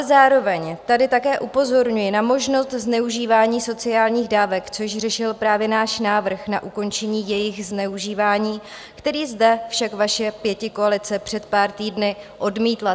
Zároveň ale také tady upozorňuji na možnost zneužívání sociálních dávek, což řešil právě náš návrh na ukončení jejich zneužívání, který zde však vaše pětikoalice před pár týdny odmítla.